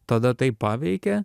tada taip paveikė